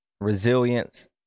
resilience